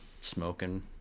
smoking